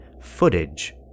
footage